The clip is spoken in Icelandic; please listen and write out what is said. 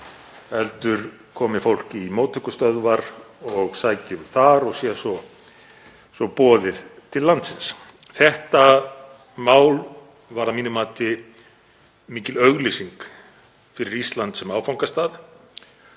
heldur komi fólk í móttökustöðvar og sæki um þar og sé svo boðið til landsins. Þetta mál var að mínu mati mikil auglýsing fyrir Ísland sem áfangastað